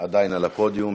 עדיין על הפודיום.